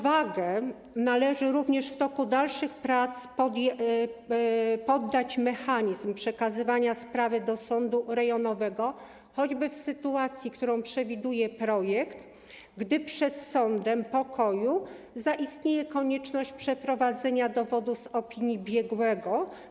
W toku dalszych prac pod rozwagę należy poddać mechanizm przekazywania sprawy do sądu rejonowego choćby w sytuacji, którą przewiduje projekt, gdy przed sądem pokoju zaistnieje konieczność przeprowadzenia dowodu z opinii biegłego.